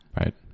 Right